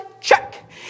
check